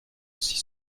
six